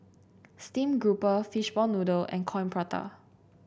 Steamed Grouper Fishball Noodle and Coin Prata